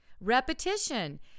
repetition